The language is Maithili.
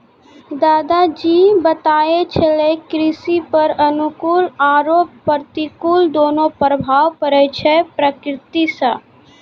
दादा जी बताय छेलै कृषि पर अनुकूल आरो प्रतिकूल दोनों प्रभाव पड़ै छै प्रकृति सॅ